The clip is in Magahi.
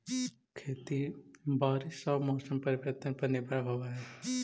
खेती बारिश आऊ मौसम परिवर्तन पर निर्भर होव हई